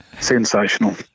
Sensational